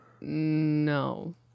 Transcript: No